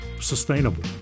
sustainable